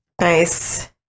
nice